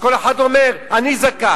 אז כל אחד אומר: אני זכאי.